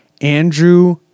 Andrew